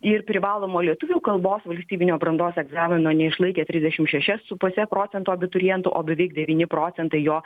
ir privalomo lietuvių kalbos valstybinio brandos egzamino neišlaikė trisdešimt šeši su puse procento abiturientų o beveik devyni procentai jo